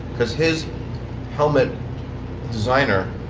because his helmet designer,